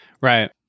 Right